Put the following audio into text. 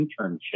internship